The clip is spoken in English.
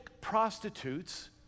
prostitutes